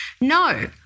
no